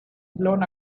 blown